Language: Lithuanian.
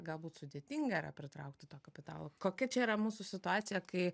galbūt sudėtinga yra pritraukti to kapitalo kokia čia yra mūsų situacija kai